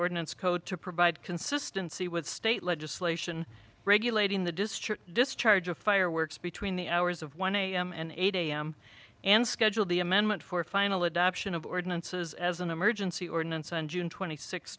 ordinance code to provide consistency with state legislation regulating the district discharge of fireworks between the hours of one a m and eight a m and schedule the amendment for final adoption of ordinances as an emergency ordinance on june twenty six